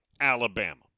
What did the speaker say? Alabama